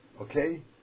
Okay